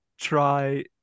try